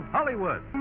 Hollywood